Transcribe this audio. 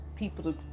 people